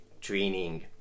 training